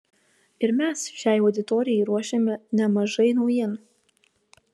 ir mes šiai auditorijai ruošiame nemažai naujienų